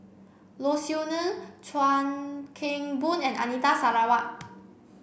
Low Siew Nghee Chuan Keng Boon and Anita Sarawak